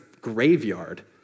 graveyard